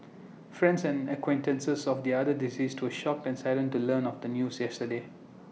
friends and acquaintances of the other deceased to shocked and saddened to learn of the news yesterday